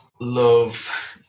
love